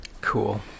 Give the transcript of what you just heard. Cool